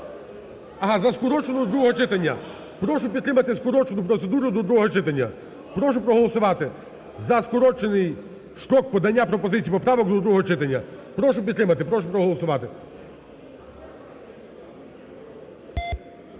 А, за скороченою другого читання. Прошу підтримати скорочену процедуру до другого читання. Прошу проголосувати за скорочений строк подання пропозицій і поправок до другого читання. Прошу підтримати, прошу проголосувати.